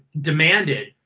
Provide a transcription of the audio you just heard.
demanded